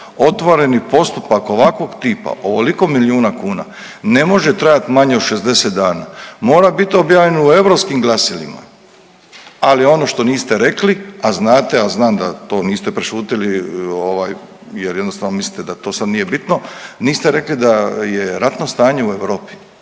Otvoreni postupak ovakvog tipa ovoliko milijuna kuna ne može trajati manje od 60 dana, mora biti objavljen u europskim glasilima, ali ono što niste rekli a znate, a znam da to niste prešutjeli ovaj jer jednostavno mislite da to sad nije bitno, niste rekli da je ratno stanje u Europi.